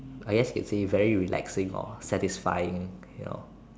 I guess you can say very relaxing or satisfying you know